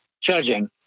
judging